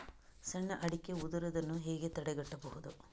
ಸಣ್ಣ ಅಡಿಕೆ ಉದುರುದನ್ನು ಹೇಗೆ ತಡೆಗಟ್ಟಬಹುದು?